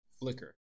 flicker